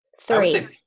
three